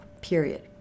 period